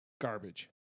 garbage